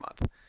month